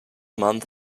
month